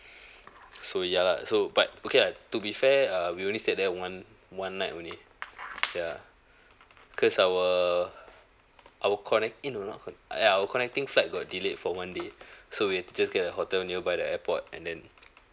so ya lah so but okay lah to be fair err we only stayed there one one night only ya because our our connect~ eh oh not con~ uh ya our connecting flight got delayed for one day so we had to just get a hotel nearby the airport and then